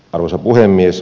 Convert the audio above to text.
arvoisa puhemies